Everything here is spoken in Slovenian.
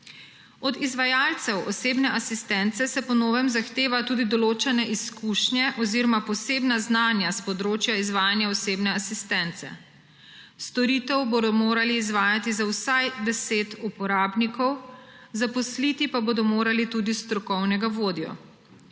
Od izvajalcev osebne asistence se po novem zahteva tudi določene izkušnje oziroma posebna znanja s področja izvajanja osebne asistence. Storitev bodo morali izvajati za vsaj 10 uporabnikov, zaposliti pa bodo morali tudi strokovnega vodjo.